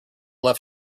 left